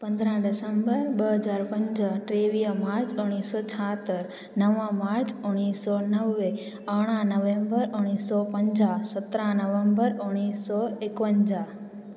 पंद्रहं डिसंबर ॿ हज़ार पंज टेवीह मार्च उणिवीह सौ छहतरि नव मार्च उणिवीह सौ नवे अरिड़हं नवेम्बर उणिवीह सौ पंजाह सत्रहं नवम्बर उणिवीह सौ एकवंजाह